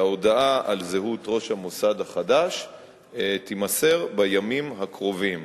שהודעה על זהות ראש המוסד החדש תימסר בימים הקרובים.